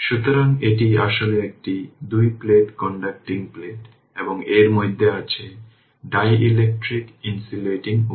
সুতরাং এটি আসলে একটি দুই প্লেট কন্ডাক্টিং প্লেট এবং এর মধ্যে আছে ডাইলেক্ট্রিক ইনসুলেটিং উপাদান